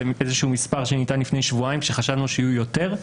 איזשהו מספר שניתן לפני שבועיים כשחשבנו שיהיו יותר,